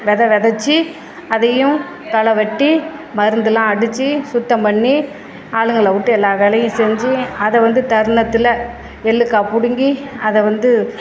வித விதச்சி அதையும் களைவெட்டி மருந்துலாம் அடித்து சுத்தம் பண்ணி ஆளுங்களை விட்டு எல்லா வேலையும் செஞ்சு அதை வந்து தருணத்தில் எள்ளுக்கா பிடிங்கி அதை வந்து